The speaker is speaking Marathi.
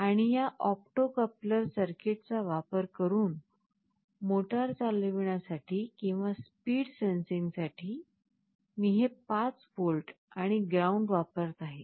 आणि या ऑप्टो कपलर सर्किटचा वापर करून मोटार चालविण्यासाठी किंवा स्पीड सेन्सिंगसाठी मी हे 5 व्होल्ट आणि ग्राउंड वापरत आहे